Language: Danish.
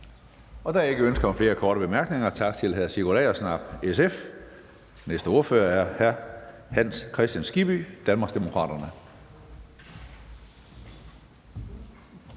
Der er ikke ønske om flere korte bemærkninger. Tak til hr. Sigurd Agersnap, SF. Næste ordfører er hr. Hans Kristian Skibby, Danmarksdemokraterne.